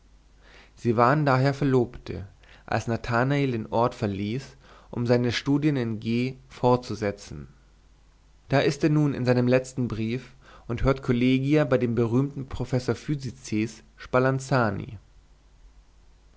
sie waren daher verlobte als nathanael den ort verließ um seine studien in g fortzusetzen da ist er nun in seinem letzten brief und hört kollegia bei dem berühmten professor physices spalanzani